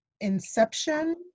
inception